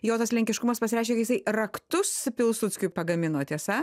jo tas lenkiškumas pasireiškė kai jisai raktus pilsudskiui pagamino tiesa